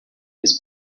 his